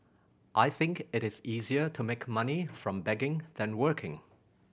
I think it is easier to make money from begging than working